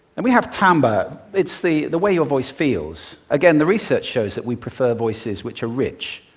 and we have timbre. it's the the way your voice feels. again, the research shows that we prefer voices which are rich,